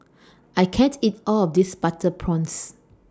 I can't eat All of This Butter Prawns